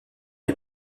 les